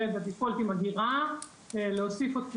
תכנס האגירה כברירת מחדל,